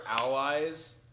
allies